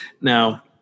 Now